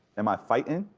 am i fighting?